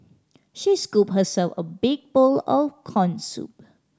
she scooped herself a big bowl of corn soup